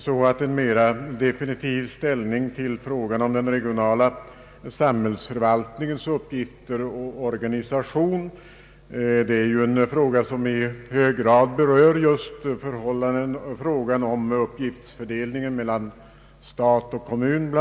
Ett mera definitivt ställningstagande till frågan om den regionala samhällsförvaltningens uppgifter och organisation berör i hög grad just uppgiftsfördelningen mellan stat och kommun.